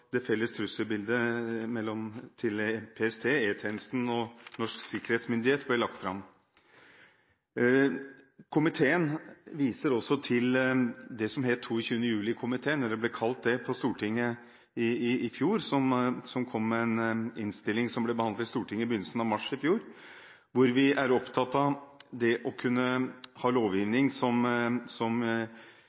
det felles trusselbildet til PST, E-tjenesten og Nasjonal sikkerhetsmyndighet ble lagt fram. Komitéflertallet viser også til at det som ble kalt 22. juli-komiteen på Stortinget, som kom med en innstilling som ble behandlet i Stortinget i begynnelsen av mars i fjor, var opptatt av det å kunne ha lovgivning som hindrer forberedelseshandlinger for terror, selv om det bare er én gjerningsperson som